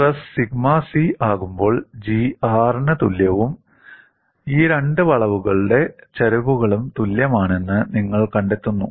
stress sigma C ആകുമ്പോൾ G R ന് തുല്യവും ഈ രണ്ട് വളവുകളുടെ ചരിവുകളും തുല്യമാണെന്ന് നിങ്ങൾ കണ്ടെത്തുന്നു